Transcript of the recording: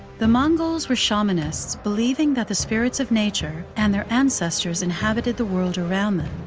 the mongols were shamanists, believing that the spirits of nature and their ancestors inhabited the world around them.